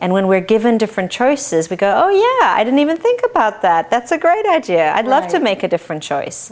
and when we're given different choices we go oh yeah i don't even think about that that's a great idea i'd love to make a different choice